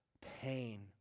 pain